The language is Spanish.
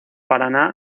paraná